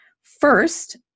First